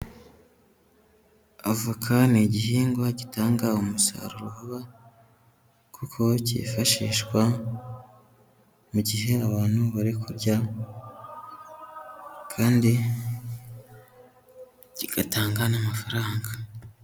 Avoka ni igihingwa gitanga umusaruro vuba kuko cyifashishwa mu gihe abantu bari kurya, kandi kigatanga n'amafaranga.